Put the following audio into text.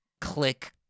click